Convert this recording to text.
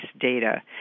data